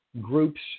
groups